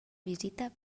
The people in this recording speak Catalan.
visita